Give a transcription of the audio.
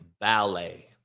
ballet